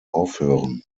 aufhören